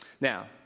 Now